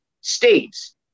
states